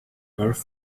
earth